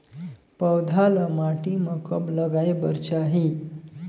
पौधा ल माटी म कब लगाए बर चाही?